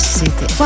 city